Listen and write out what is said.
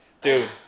Dude